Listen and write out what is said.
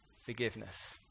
forgiveness